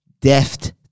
deft